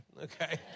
Okay